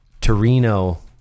Torino